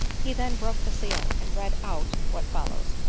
he then broke the seal and read out what follows